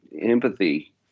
empathy